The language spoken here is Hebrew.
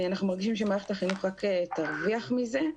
אנחנו מרגישים שמערכת החינוך רק תרוויח מזה.